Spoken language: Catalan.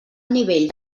nivell